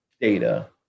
data